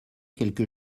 quelque